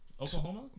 Oklahoma